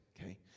okay